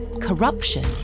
corruption